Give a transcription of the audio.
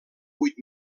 vuit